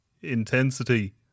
intensity